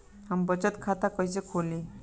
हम बचत खाता कइसे खोलीं?